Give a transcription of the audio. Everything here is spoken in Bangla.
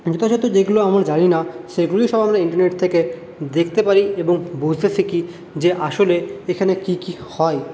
যথাযথ যেগুলো আমরা জানি না সেগুলোই সব আমরা ইন্টারনেট থেকে দেখতে পারি এবং বুঝতে শিখি যে আসলে এখানে কী কী হয়